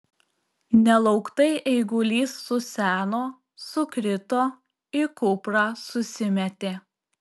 nelauktai eigulys suseno sukrito į kuprą susimetė